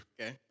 Okay